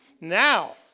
Now